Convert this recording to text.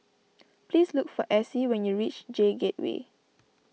please look for Essie when you reach J Gateway